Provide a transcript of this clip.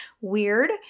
Weird